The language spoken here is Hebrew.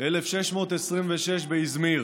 1626 באיזמיר.